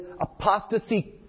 apostasy